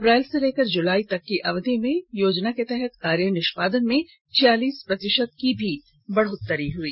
अप्रैल से लेकर जुलाई तक की अवधि में योजना के तहत कार्य निष्पादन में छियालीस प्रतिशत की बढ़ोतरी हई